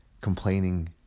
complaining